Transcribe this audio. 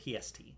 PST